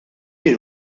min